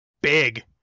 big